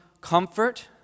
comfort